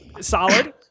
solid